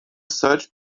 search